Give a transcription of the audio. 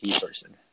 person